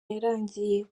yarangiye